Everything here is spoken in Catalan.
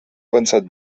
pensat